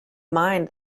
mind